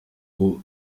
aux